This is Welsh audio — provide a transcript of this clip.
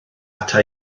ata